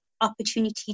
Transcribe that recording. opportunity